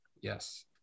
yes